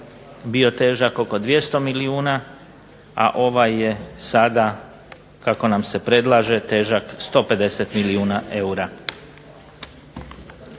bio težak oko 200 milijuna, a ovaj je sada kako nam se predlaže težak 150 milijuna eura.